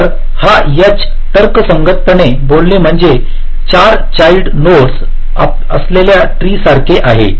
तर हा H तर्कसंगतपणे बोलणे म्हणजे 4 चाईल्ड नोड्स असलेल्या ट्री सारखे आहे